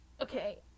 okay